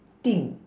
thing